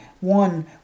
one